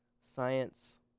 science